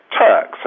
Turks